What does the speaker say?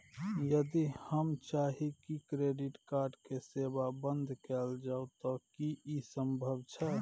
यदि हम चाही की क्रेडिट कार्ड के सेवा बंद कैल जाऊ त की इ संभव छै?